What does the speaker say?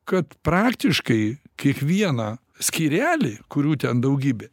kad praktiškai kiekvieną skyrelį kurių ten daugybė